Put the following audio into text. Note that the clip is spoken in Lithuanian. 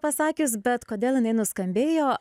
pasakius bet kodėl jinai nuskambėjo